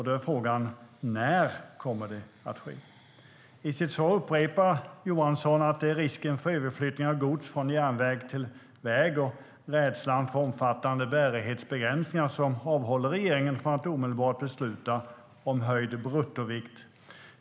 Då är frågan: När kommer det att ske?I sitt svar upprepar Johansson att det är risken för överflyttning av gods från järnväg till väg och rädslan för omfattande bärighetsbegränsningar som avhåller regeringen från att omedelbart besluta om höjd bruttovikt.